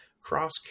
cross